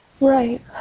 Right